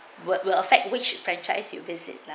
what will affect which franchise you visit lah